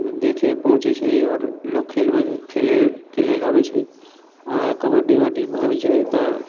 देखैके पहुँचे छै आओर लोक खेलबै खेलैके लेल अबै छै आ कबड्डी वबड्डी होइ छै तऽ